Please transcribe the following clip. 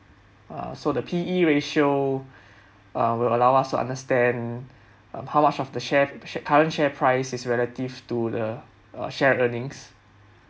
uh so the P_E ratio uh will allow us to understand part of the shares current shares price is relative to the uh share earnings